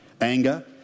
anger